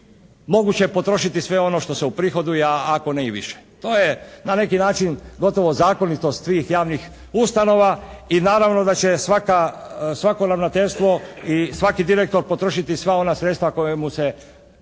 moguće potrošiti sve ono što se uprihoduje ako ne i više. To je na neki način gotovo zakonitost svih javnih ustanova i naravno da će svako ravnateljstvo i svaki direktor potrošiti sva ona sredstva koja mu se nađu